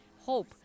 hope